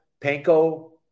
panko